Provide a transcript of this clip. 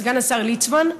סגן השר ליצמן,